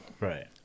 Right